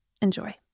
Enjoy